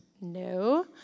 no